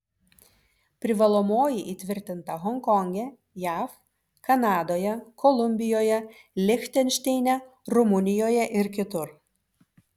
privalomoji įtvirtinta honkonge jav kanadoje kolumbijoje lichtenšteine rumunijoje ir kitur